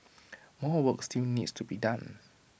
more work still needs to be done